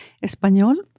español